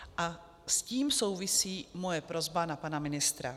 A s tím souvisí moje prosba na pana ministra.